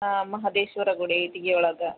ಹಾಂ ಮಹಾದೇಶ್ವರ ಗುಡಿ ಇಟಿಗಿ ಒಳಗೆ